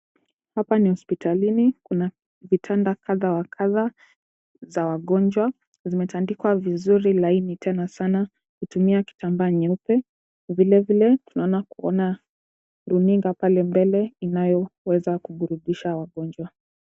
Hapa ni hospitalini. Kuna vitanda kadha wa kadha za wagonjwa. Zimetandikwa vizuri laini tena sana kutumia kitambaa nyeupe. Vilevile tunaweza kuona runinga pale mbele inayoweza kuburudisha wagonjwa.